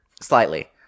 Slightly